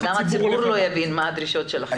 גם הציבור לא יבין מה הדרישות שלכם.